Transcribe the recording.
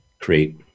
create